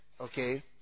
okay